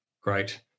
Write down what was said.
great